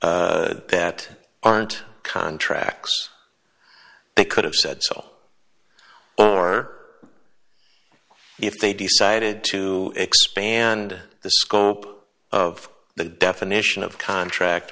that aren't contracts they could have said sale or if they decided to expand the scope of the definition of contract